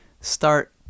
start